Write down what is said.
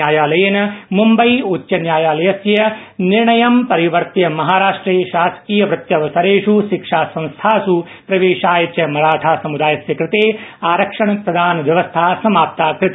न्यायालयेन मम्बई उच्च न्यायालयस्य निर्णयं परिवर महाराष्ट्रे शासकीय वृत्यवसरेष् शिक्षासंस्थाष् प्रवेशाय च मराठा समुदायस्य कते आरक्षण व्यवस्था समाप्ता कता